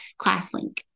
ClassLink